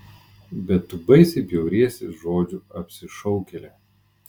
bet tu baisiai bjauriesi žodžiu apsišaukėlė